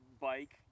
bike